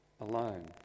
alone